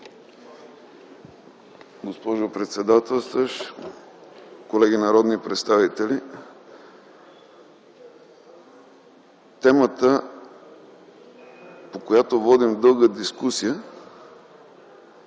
Госпожо председателстващ, колеги народни представители! Темата, по която водим дълга дискусия,